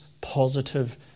positive